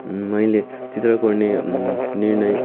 मैले चित्र कोर्ने निर्णय